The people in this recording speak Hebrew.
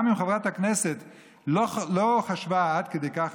גם אם חברת הכנסת לא חשבה עמוק עד כדי כך,